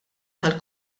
tal